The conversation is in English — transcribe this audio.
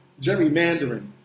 gerrymandering